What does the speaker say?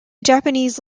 japanese